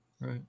right